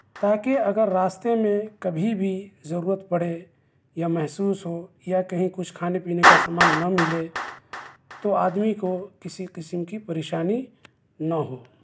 تاکہ اگر راستے میں کبھی بھی ضرورت پڑے یا محسوس ہو یا کہیں کچھ کھانے پینے کا سامان نہ ملے تو آدمی کو کسی قسم کی پریشانی نہ ہو